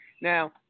Now